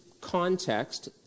context